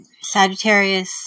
Sagittarius